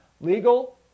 Legal